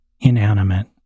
inanimate